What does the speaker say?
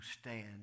stand